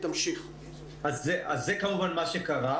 זה כמובן מה שקרה,